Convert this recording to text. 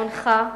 לעיונך.